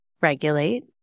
regulate